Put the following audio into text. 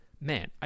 Man